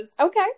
okay